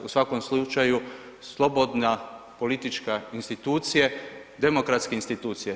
U svakom slučaju, slobodna politička institucije, demokratske institucije.